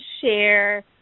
share